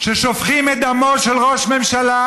ששופכים את דמו של ראש ממשלה,